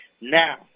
Now